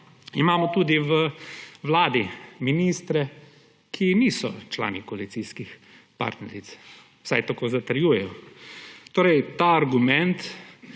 imamo tudi v Vladi ministre, ki niso člani koalicijskih partneric, vsaj tako zatrjujejo. Torej ta argument,